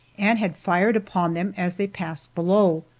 and had fired upon them as they passed below,